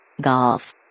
Golf